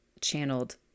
channeled